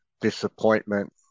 disappointment